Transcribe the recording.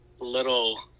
Little